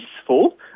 peaceful